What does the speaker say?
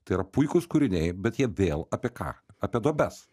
tai yra puikūs kūriniai bet jie vėl apie ką apie duobes